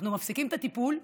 אנחנו מפסיקים את הטיפול.